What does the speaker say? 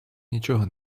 нічого